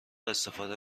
استفاده